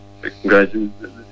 congratulations